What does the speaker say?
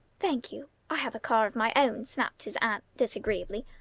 thank you! i have a car of my own! snapped his aunt disagreeably.